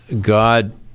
God